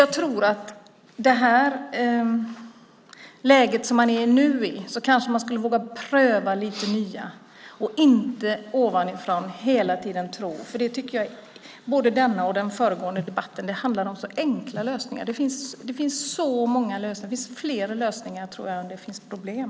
Jag tror alltså att man i det läge som man är i nu skulle våga pröva lite nya lösningar och inte ovanifrån hela tiden tro saker, för det tycker jag att både denna och föregående debatt har handlat om. Det handlar om så enkla lösningar. Jag tror att det finns fler lösningar än det finns problem.